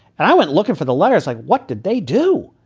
and i went looking for the letters. like what did they do?